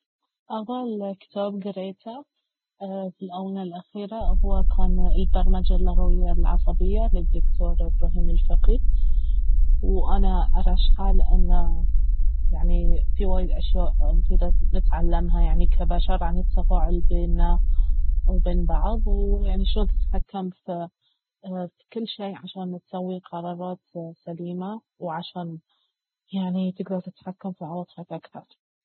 افضل كتاب قريته في الآونة الأخيرة اهو كان البرمجة اللغوية العصبية للدكتور إبراهيم الفقي وان أرشحه لانه يعني في وايد أشياء مفيدة نتعلمها يعني كبشر عن التفاعل بينا وبين بعض ويعني شلون تتحكم في كل شي عشان تسوي قرارات سليمة وعشان يعني تقدر تتحكم في عواطفك اكثر